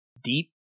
deep